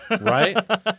right